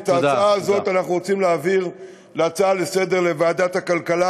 את ההצעה הזאת אנחנו רוצים להעביר כהצעה לסדר-היום לוועדת הכלכלה.